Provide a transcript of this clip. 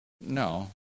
No